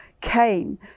came